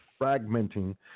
fragmenting